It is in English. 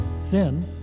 Sin